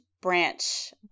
Branch